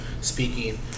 speaking